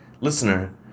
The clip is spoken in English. listener